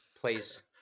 please